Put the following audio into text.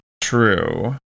True